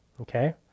okay